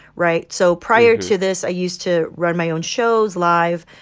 right? so prior to this, i used to run my own shows live.